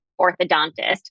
orthodontist